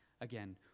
Again